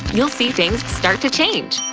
you'll see things start to change!